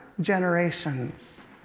generations